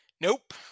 Nope